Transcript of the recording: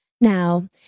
Now